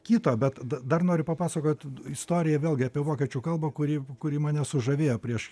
kito bet d dar noriu papasakot istoriją vėlgi apie vokiečių kalbą kuri kuri mane sužavėjo prieš